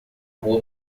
rua